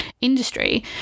industry